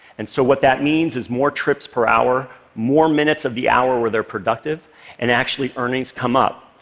and so what that means is more trips per hour, more minutes of the hour where they're productive and actually, earnings come up.